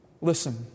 Listen